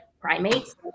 primates